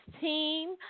team